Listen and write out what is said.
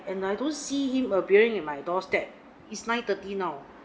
and I don't see him appearing in my doorstep it's nine thirty now